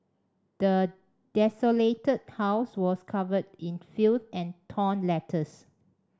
the desolated house was covered in filth and torn letters